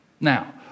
Now